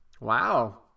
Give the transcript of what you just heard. Wow